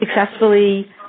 successfully